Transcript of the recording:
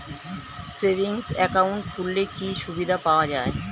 Savings account খুললে কি সুবিধা পাওয়া যায়?